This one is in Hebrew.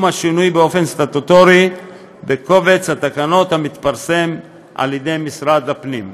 השינוי באופן סטטוטורי בקובץ התקנות המתפרסם על ידי משרד הפנים.